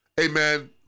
amen